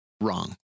wrong